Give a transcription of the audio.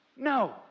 No